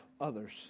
others